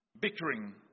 bickering